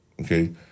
Okay